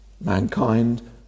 Mankind